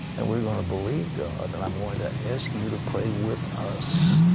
and we're going to believe god, and i'm going to ask you to pray with us.